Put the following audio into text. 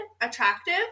attractive